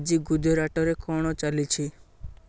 ଆଜି ଗୁଜରାଟରେ କ'ଣ ଚାଲିଛି